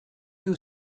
you